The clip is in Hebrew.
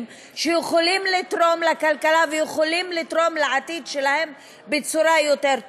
שיכולים לתרום לכלכלה ויכולים לתרום לעתיד שלהם בצורה טובה יותר.